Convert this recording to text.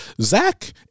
Zach